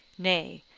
nay,